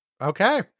Okay